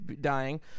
dying